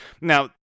Now